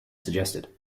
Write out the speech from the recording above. suggested